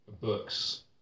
books